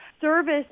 service